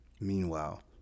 Meanwhile